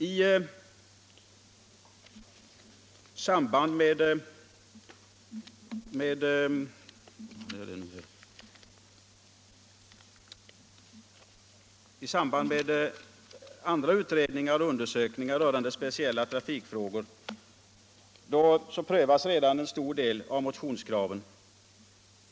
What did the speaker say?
I samband med andra utredningar och undersökningar rörande speciella trafikfrågor prövas redan en stor del av motionskraven.